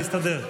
אני אסתדר.